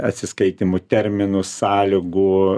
atsiskaitymų terminų sąlygų